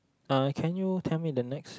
uh can you tell me the next